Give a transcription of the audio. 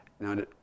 Now